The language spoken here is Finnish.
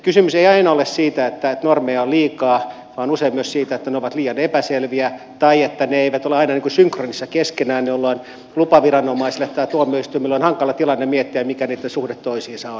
kysymys ei aina ole siitä että normeja on liikaa vaan usein myös siitä että ne ovat liian epäselviä tai että ne eivät ole aina synkronissa keskenään jolloin lupaviranomaisille tai tuomioistuimille on hankala tilanne miettiä mikä niitten suhde toisiinsa on